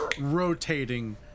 rotating